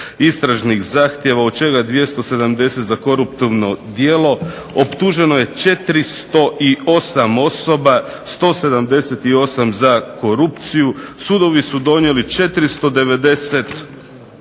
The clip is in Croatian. istražnih zahtjeva, od čega 270 za koruptivno djelo. Optuženo je 408 osoba, 178 za korupciju. Sudovi su donijeli 491 presudu,